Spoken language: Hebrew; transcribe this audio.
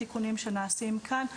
התיקונים שנעשים כאן.